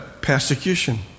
persecution